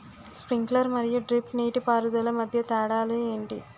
Sprinkler మరియు drip నీటిపారుదల మధ్య తేడాలు ఏంటి?